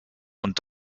und